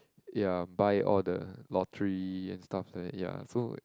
ya buy all the lottery and stuff then ya so